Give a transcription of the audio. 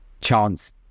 chance